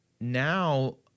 Now